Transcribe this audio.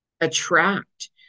attract